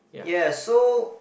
ya so